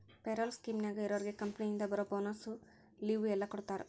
payroll ಸ್ಕೇಮ್ನ್ಯಾಗ ಇರೋರ್ಗೆ ಕಂಪನಿಯಿಂದ ಬರೋ ಬೋನಸ್ಸು ಲಿವ್ವು ಎಲ್ಲಾ ಕೊಡ್ತಾರಾ